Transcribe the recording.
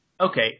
Okay